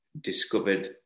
Discovered